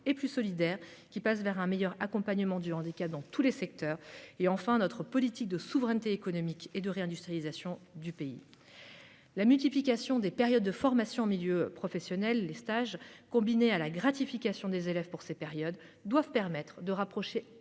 et plus solidaire, qui passe par un meilleur accompagnement du handicap dans tous les secteurs, ainsi qu'à notre politique de souveraineté économique et de réindustrialisation du pays. La multiplication des périodes de formation en milieu professionnel- les stages -, combinée à la gratification des élèves pendant ces périodes, doit permettre de rapprocher